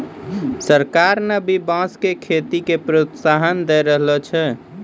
सरकार न भी बांस के खेती के प्रोत्साहन दै रहलो छै